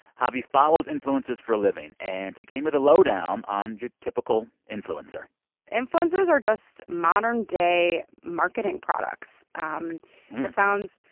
chavie follows influencers for a living, and she gave me the lowdown on your typical influencer influencers are just modern-day marketing products. um it sounds